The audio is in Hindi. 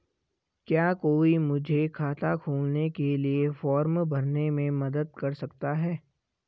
क्या कोई मुझे खाता खोलने के लिए फॉर्म भरने में मदद कर सकता है?